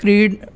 क्रीड्